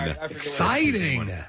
Exciting